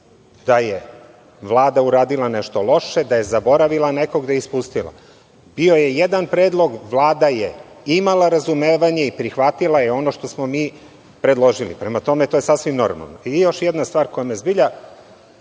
da je Vlada uradila nešto loše, da je zaboravila nekog, da je nekog ispustila. Bio je jedan predlog. Vlada je imala razumevanje i prihvatila je ono što smo mi predložili. Prema tome, to je sasvim normalno. Još jedna stvar, koja me zbilja